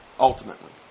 Ultimately